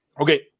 Okay